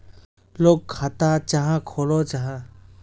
लोग खाता चाँ खोलो जाहा?